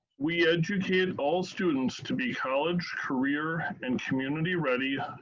we educate all students to be college, career, and community ready,